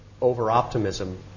over-optimism